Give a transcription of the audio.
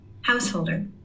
householder